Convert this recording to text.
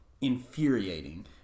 infuriating